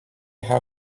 how